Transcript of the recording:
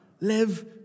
Live